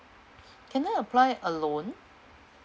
can I apply alone